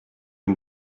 dem